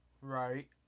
Right